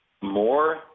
more